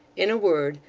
in a word,